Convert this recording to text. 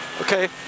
Okay